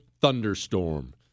Thunderstorm